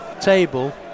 table